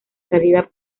salida